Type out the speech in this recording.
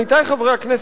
עמיתי חברי הכנסת,